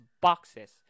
boxes